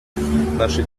наша